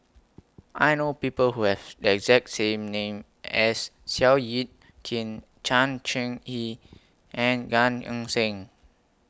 I know People Who Have The exact same name as Seow Yit Kin Chan Chee He and Gan Eng Seng